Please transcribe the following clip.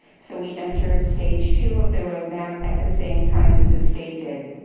so we entered stage two of the roadmap at the same time that the state did.